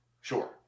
Sure